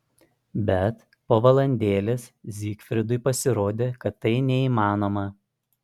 bet po valandėlės zygfridui pasirodė kad tai neįmanoma